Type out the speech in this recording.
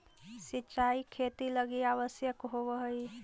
सिंचाई खेती लगी आवश्यक होवऽ हइ